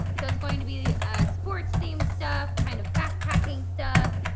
so it's going to be sports themed stuff, kind of backpacking stuff.